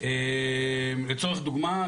לצורך דוגמא,